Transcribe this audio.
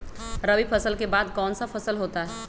रवि फसल के बाद कौन सा फसल होता है?